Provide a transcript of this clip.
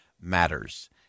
matters